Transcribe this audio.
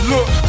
Look